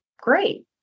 Great